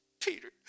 Peter